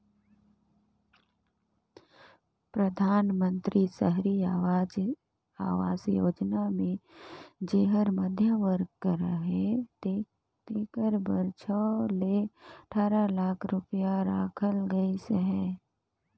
परधानमंतरी सहरी आवास योजना मे जेहर मध्यम वर्ग कर अहे तेकर बर छव ले अठारा लाख रूपिया राखल गइस अहे